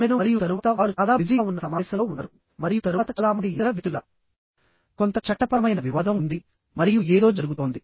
ఆమెను మరియు తరువాత వారు చాలా బిజీగా ఉన్న సమావేశంలో ఉన్నారు మరియు తరువాత చాలా మంది ఇతర వ్యక్తుల కంపెనీలు నుండి వచ్చారు వచ్చారుకొంత చట్టపరమైన వివాదం ఉంది మరియు ఏదో జరుగుతోంది